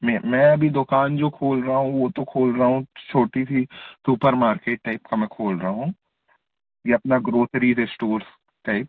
मे मैं अभी दुकान जो खोल रहा हूँ वो तो खोल रहा हूँ छोटी सी सुपर मार्केट टाइप का मैं खोल रहा हूँ ये अपना ग्रोसरीज़ इस्टोर्स टाइप